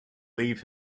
leave